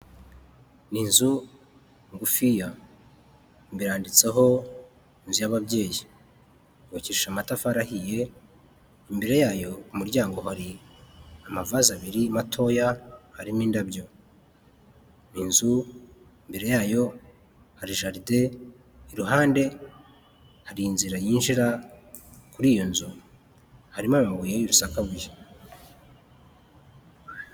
Ni inzu ngufiya imbire handitseho inzu y'ababyeyi yubakishije amatafari ahiye, imbere yayo kumuryango hari amavazi abiri matoya harimo indabyo, ni inzu imbere yayo hari jaride iruhande hari inzira yinjira muri iyo nzu harimo amabuye y'urusakabuye.